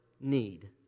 need